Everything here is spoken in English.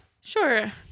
Sure